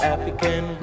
African